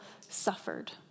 suffered